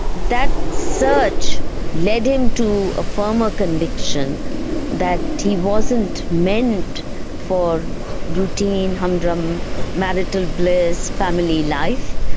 that search led him to a firmer conviction that he wasn't meant for routine, humdrum, marital bliss, family life.